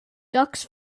ducks